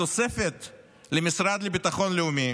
התוספת למשרד לביטחון לאומי